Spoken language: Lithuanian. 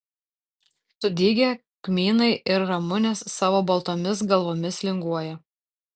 sudygę kmynai ir ramunės savo baltomis galvomis linguoja